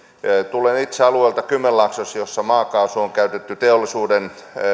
tulen itse alueelta kymenlaaksossa jossa maakaasua on käytetty teollisuuden